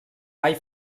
vall